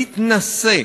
מתנשא,